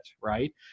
right